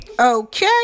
Okay